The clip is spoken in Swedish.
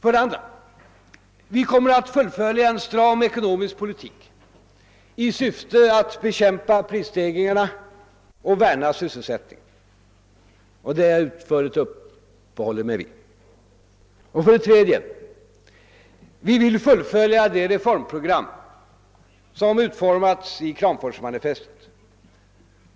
För det andra kommer vi att fullfölja en stram ekonomisk politik i syfte att bekämpa prisstegringarna och värna sysselsättningen, och det har jag utförligt uppehållit mig vid. För det tredje vill vi fullfölja det reformprogram som utformats i Kram 36 Nr 34 Allmänpolitisk debatt forsmanifestet.